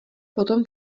potom